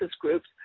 groups